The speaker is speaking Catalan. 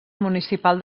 municipal